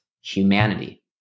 humanity